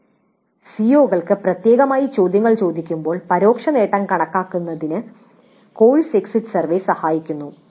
CO കൾക്ക് പ്രത്യേകമായി ചോദ്യങ്ങൾ ചോദിക്കുമ്പോൾ പരോക്ഷ നേട്ടം കണക്കാക്കുന്നതിന് കോഴ്സ് എക്സിറ്റ് സർവേ സഹായിക്കുന്നു